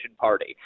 party